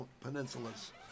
peninsulas